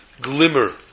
glimmer